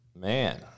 Man